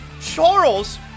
Charles